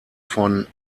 von